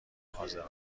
حاضران